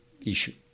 issue